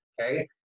okay